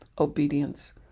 Obedience